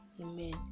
Amen